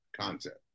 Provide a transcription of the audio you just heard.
concept